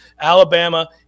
Alabama